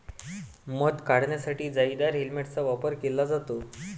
मध काढण्यासाठी जाळीदार हेल्मेटचा वापर केला जातो